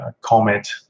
comment